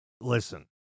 listen